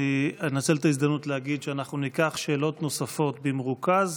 אני אנצל את ההזדמנות להגיד שניקח שאלות נוספות במרוכז,